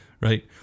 right